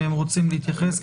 אם הם רוצים להתייחס.